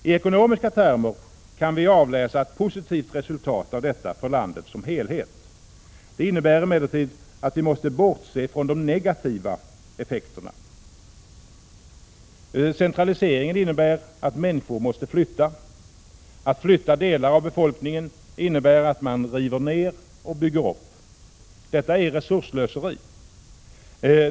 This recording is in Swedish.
I ekonomiska termer kan vi avläsa ett positivt resultat av detta för landet som helhet. Det innebär emellertid att vi måste bortse från de negativa effekterna. Centraliseringen medför att människor måste flytta. Att flytta delar av befolkningen innebär att man river ner och bygger upp. Detta är resursslöseri.